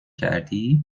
کردی